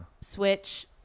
Switch